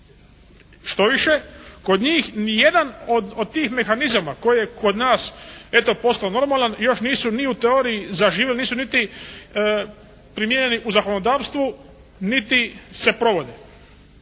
Štoviše, kod njih ni jedan od tih mehanizama koji je kod nas eto postao normalan još nisu ni u teoriji zaživjeli, nisu niti primijenjeni u zakonodavstvu, niti se provode.